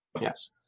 Yes